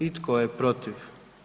I tko je protiv?